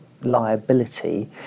liability